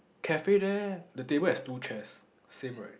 cafe there the table has two chairs same right